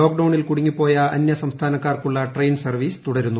ലോക്ഡൌണിൽ കുടുങ്ങിപ്പോയ അന്യസംസ്ഥാനക്കാർക്കുള്ള ട്രെയിൻ സർവ്വീസ് തുടരുന്നു